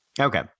Okay